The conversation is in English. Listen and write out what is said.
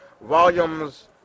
volumes